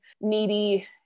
needy